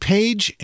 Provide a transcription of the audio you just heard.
Page